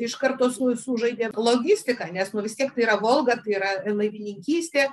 iš karto su sužaidė logistika nes nu vis tiek tai yra volga tai yra laivininkystė